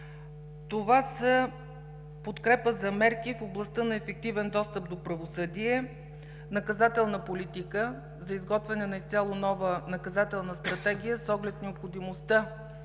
Това са: подкрепа за мерки в областта на ефективен достъп до правосъдие, наказателна политика за изготвяне на изцяло нова наказателна Стратегия, с оглед необходимостта